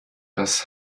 das